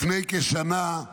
לפני כשנה,